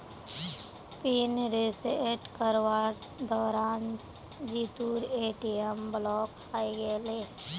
pin reset करवार दौरान जीतूर ए.टी.एम ब्लॉक हइ गेले